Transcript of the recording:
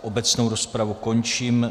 Obecnou rozpravu končím.